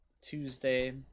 Tuesday